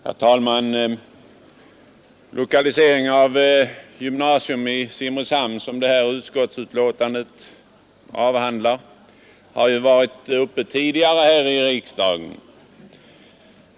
Herr talman! Frågan om lokalisering av ett gymnasium till Simrishamn, som detta utskottsbetänkande avhandlar, har ju varit uppe tidigare här i riksdagen.